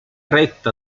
retta